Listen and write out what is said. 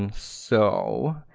um so,